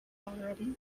already